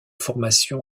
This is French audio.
formation